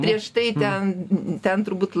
prieš tai ten ten turbūt